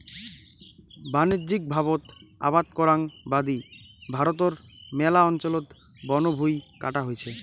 বাণিজ্যিকভাবত আবাদ করাং বাদি ভারতর ম্যালা অঞ্চলত বনভুঁই কাটা হইছে